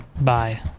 bye